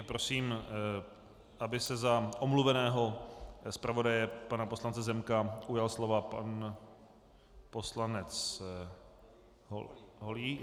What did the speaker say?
Prosím, aby se za omluveného zpravodaje pana poslance Zemka ujal slova pan poslanec Holík.